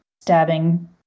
stabbing